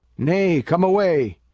nay, come away.